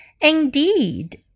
Indeed